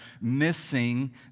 missing